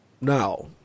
Now